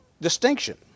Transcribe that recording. distinction